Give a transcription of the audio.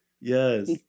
Yes